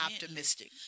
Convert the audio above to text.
optimistic